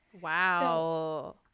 wow